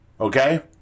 Okay